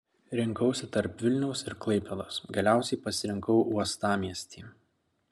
rinkausi tarp vilniaus ir klaipėdos galiausiai pasirinkau uostamiestį